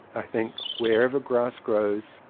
i think wherever grass grows,